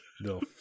No